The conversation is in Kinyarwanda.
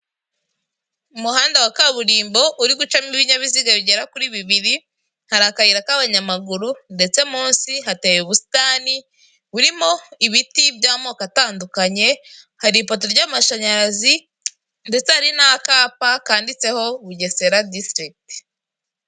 Umuhanda wa kaburimbo uri gucamo ibinyabiziga bigera kuri bibiri, hari akayira k'abanyamaguru ndetse munsi hateye ubusitani burimo ibiti by'amoko atandukanye, hari ipoto ry'amashanyarazi ndetse hari n'akapa kanditseho Bugesera disitirigiti.